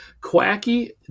Quacky